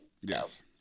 Yes